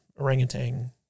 orangutan